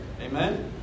Amen